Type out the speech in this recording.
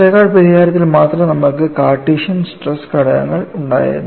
Westergaard പരിഹാരത്തിൽ മാത്രം നമ്മൾക്ക് കാർട്ടീഷ്യൻ സ്ട്രെസ് ഘടകങ്ങൾ ഉണ്ടായിരുന്നു